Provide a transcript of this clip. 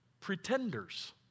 Pretenders